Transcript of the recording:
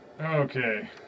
Okay